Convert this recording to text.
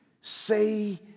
say